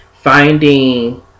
finding